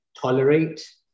tolerate